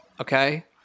okay